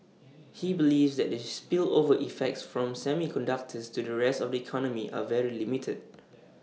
he believes that the spillover effects from semiconductors to the rest of economy are very limited